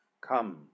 Come